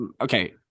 Okay